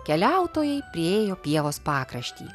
keliautojai priėjo pievos pakraštį